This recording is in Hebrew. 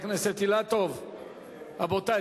רבותי,